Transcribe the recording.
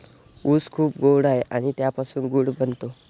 ऊस खूप गोड आहे आणि त्यापासून गूळ बनतो